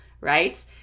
Right